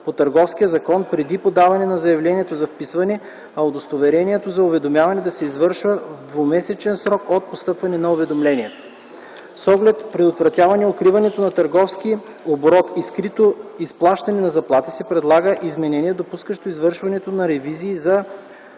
по Търговския закон, преди подаване на заявлението за вписване, а удостоверяването за уведомяване да се извършва в двумесечен срок от постъпване на уведомлението. С оглед предотвратяване укриването на търговски оборот и скрито изплащане на заплати, се предлага изменение, допускащо извършването на ревизии за задължения за